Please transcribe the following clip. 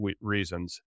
reasons